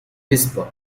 whisper